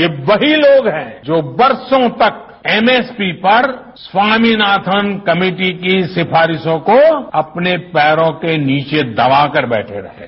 ये वही लोग हैं जो बरसों तक एमएसपी पर स्वामीनाथन कमेटी की इन सिफारिशों को अपने पैरों के नीचे दबाकर बैठे हुए थे